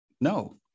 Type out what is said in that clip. No